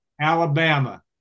Alabama